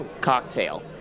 cocktail